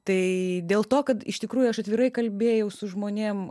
tai dėl to kad iš tikrųjų aš atvirai kalbėjau su žmonėm